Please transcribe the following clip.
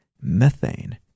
methane